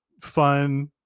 fun